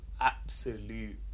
absolute